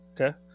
Okay